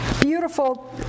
beautiful